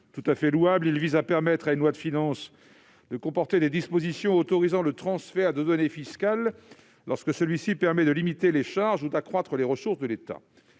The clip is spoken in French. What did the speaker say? tout à fait louable, de permettre à une loi de finances de comporter des dispositions autorisant le transfert de données fiscales lorsque celui-ci a pour effet de limiter les charges ou d'accroître les ressources de l'État.